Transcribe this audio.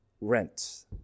rent